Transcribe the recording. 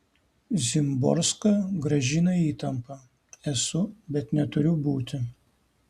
szymborska grąžina įtampą esu bet neturiu būti